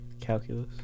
Calculus